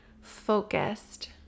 focused